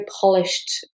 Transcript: polished